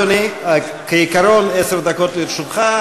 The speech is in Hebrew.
אדוני, כעיקרון עשר דקות לרשותך.